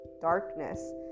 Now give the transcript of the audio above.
darkness